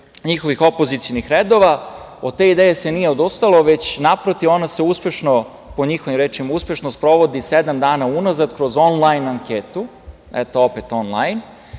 njihovih opozicionih redova. Od te ideje se nije odustalo, već, naprotiv, ona se uspešno, po njihovim rečima, sprovodi sedam dana unazad kroz onlajn anketu, eto opet onlajn,